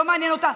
לא מעניין אותה,